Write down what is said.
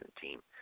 team